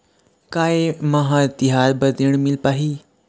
का ये म हर तिहार बर ऋण मिल पाही?